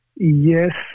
Yes